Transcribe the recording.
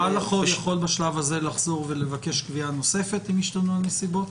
בעל החוב יכול בשלב הזה לחזור ולבקש קביעה נוספת אם השתנו הנסיבות?